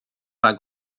pas